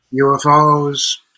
UFOs